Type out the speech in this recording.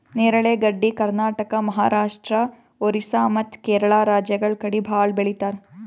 ನೇರಳೆ ಗಡ್ಡಿ ಕರ್ನಾಟಕ, ಮಹಾರಾಷ್ಟ್ರ, ಓರಿಸ್ಸಾ ಮತ್ತ್ ಕೇರಳ ರಾಜ್ಯಗಳ್ ಕಡಿ ಭಾಳ್ ಬೆಳಿತಾರ್